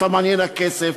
אותם מעניין הכסף,